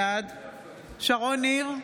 בעד שרון ניר,